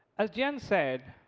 as jen said,